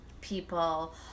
people